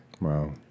Wow